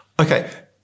Okay